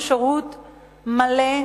שישרתו שירות מלא,